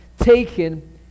taken